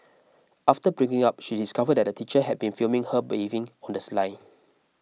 after breaking up she discovered that the teacher had been filming her bathing on the sly